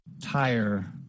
Tire